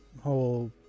whole